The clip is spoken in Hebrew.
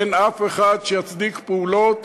אין אף אחד שיצדיק פעולות